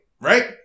Right